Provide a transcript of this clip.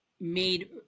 made